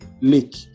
lake